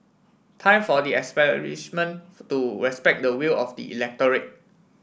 time for the to respect the will of the electorate